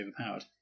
overpowered